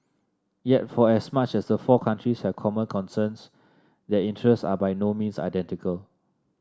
yet for as much as the four countries have common concerns their interests are by no means identical